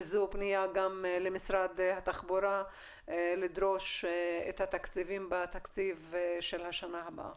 וזו פנייה גם למשרד התחבורה לדרוש את התקציבים בתקציב של השנה הבאה.